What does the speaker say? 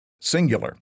singular